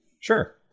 Sure